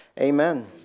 Amen